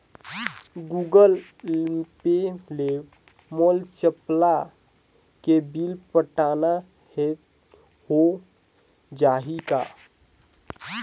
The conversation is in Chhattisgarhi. गूगल पे ले मोल चपला के बिल पटाना हे, हो जाही का?